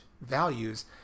values